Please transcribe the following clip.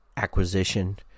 Acquisition